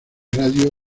radio